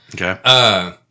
Okay